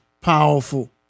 powerful